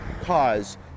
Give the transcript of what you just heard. cause